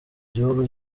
gihugu